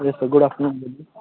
yes sir good afternoon